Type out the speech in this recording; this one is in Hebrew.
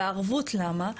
והערבות למה?